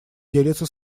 делится